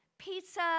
Pizza